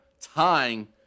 tying